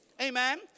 Amen